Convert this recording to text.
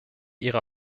ihre